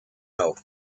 oath